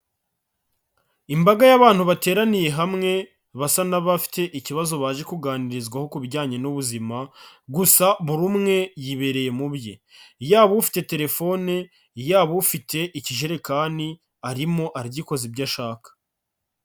Imbaga y'abantu bateraniye hamwe basa n'abafite ikibazo baje kuganirizwaho ku bijyanye n'ubuzima, gusa buri umwe yibereye mu bye, yaba ufite telefone, yabo ufite ikijerekani arimo aragikoza ibyo ashaka.